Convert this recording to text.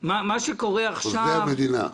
חוזה המדינה.